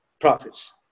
Profits